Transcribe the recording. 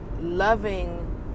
loving